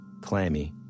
clammy